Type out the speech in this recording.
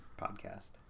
podcast